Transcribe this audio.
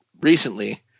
recently